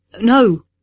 No